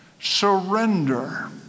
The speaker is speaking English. Surrender